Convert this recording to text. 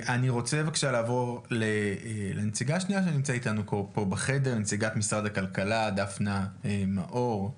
אני רוצה לעבור לנציגת משרד הכלכלה, דפנה מאור.